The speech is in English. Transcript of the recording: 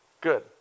Good